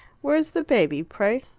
where's the baby, pray?